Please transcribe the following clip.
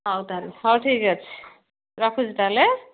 ହଉ ତାହେଲେ ହଉ ଠିକ୍ ଅଛି ରଖୁଛି ତାହେଲେ